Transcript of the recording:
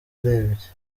arembye